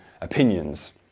opinions